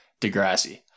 Degrassi